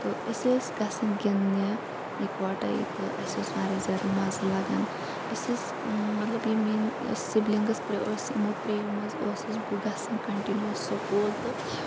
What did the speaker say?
تہٕ أسۍ ٲسۍ گَژھان گِندنہِ اِکوَٹاے تہٕ اَسہِ اوس واریاہ زیادٕ مَزٕ لَگَان أسۍ ٲسۍ مطلب یِم میَٲنۍ سِبلِنگٕس ترٛےٚ ٲسۍ یِمو ترٚیو مَنٛز ٲسٕس بہٕ گَژھان کَنٹِنیوَس سکول تہٕ